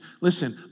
listen